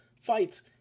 fights